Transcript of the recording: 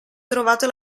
trovato